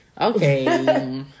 Okay